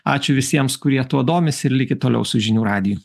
ačiū visiems kurie tuo domisi ir likit toliau su žinių radiju